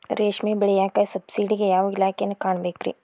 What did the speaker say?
ರೇಷ್ಮಿ ಬೆಳಿಯಾಕ ಸಬ್ಸಿಡಿಗೆ ಯಾವ ಇಲಾಖೆನ ಕಾಣಬೇಕ್ರೇ?